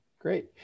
Great